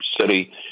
city